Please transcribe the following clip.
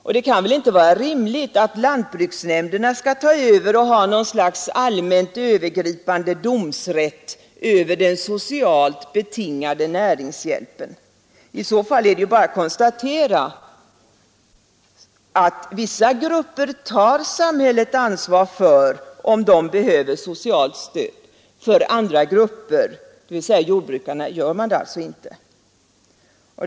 Och det kan väl inte vara rimligt att lantbruksnämnderna skall ta över och ha något slags allmänt övergripande domsrätt över den socialt betingade näringshjälpen. Skulle lantbruksnämnderna göra det är det bara att konstatera att vissa grupper tar samhället ansvar för om de behöver socialt stöd, men för en annan grupp — dvs. jordbrukarna — gör man det inte.